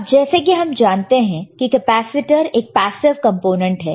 अब जैसे कि हम जानते हैं कि कैपेसिटर एक पैसिव कंपोनेंट है